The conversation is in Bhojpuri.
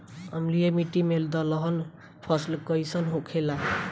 अम्लीय मिट्टी मे दलहन फसल कइसन होखेला?